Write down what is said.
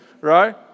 Right